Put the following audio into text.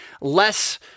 less